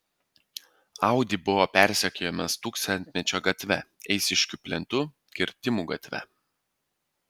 audi buvo persekiojamas tūkstantmečio gatve eišiškių plentu kirtimų gatve